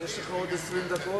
שטייניץ יהיה ראש ממשלה,